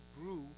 grew